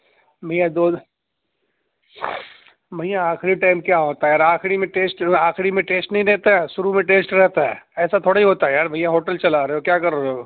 بھیا دو بھیا آخری ٹائم کیا ہوتا ہے یار آخری میں ٹیسٹ آخری میں ٹیسٹ نہیں رہتا ہے شروع میں ٹیسٹ رہتا ہے ایسا تھوڑی ہوتا ہے یار بھیا ہوٹل چلا رہے ہو کیا کر رہے ہو